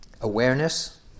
Awareness